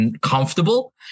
comfortable